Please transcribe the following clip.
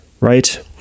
right